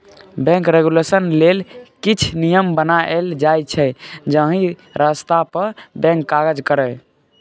bank regulation लेल किछ नियम बनाएल जाइ छै जाहि रस्ता पर बैंक काज करय